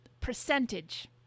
percentage